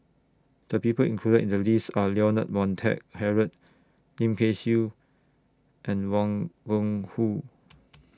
The People included in The list Are Leonard Montague Harrod Lim Kay Siu and Wang Gungwu